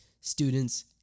students